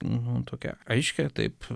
nu tokia aiškią taip